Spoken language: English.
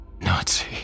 Nazi